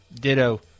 Ditto